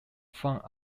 fort